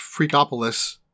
Freakopolis